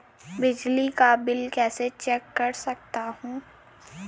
बिजली का बिल कैसे चेक कर सकता हूँ?